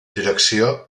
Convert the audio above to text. direcció